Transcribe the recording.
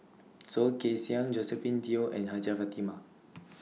Soh Kay Siang Josephine Teo and Hajjah Fatimah